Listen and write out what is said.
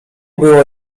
było